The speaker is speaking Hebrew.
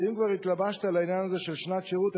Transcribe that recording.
ואם כבר התלבשת על העניין הזה של שנת שירות,